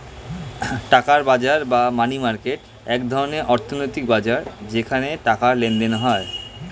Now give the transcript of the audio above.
টাকার বাজার বা মানি মার্কেট এক ধরনের অর্থনৈতিক বাজার যেখানে টাকার লেনদেন হয়